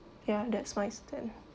ya that's why certain